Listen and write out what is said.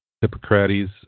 Hippocrates